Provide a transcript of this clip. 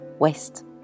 West